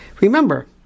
Remember